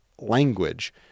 language